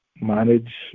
manage